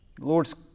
Lord's